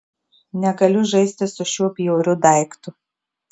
negaliu žaisti su šiuo bjauriu daiktu